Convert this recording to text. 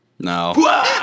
No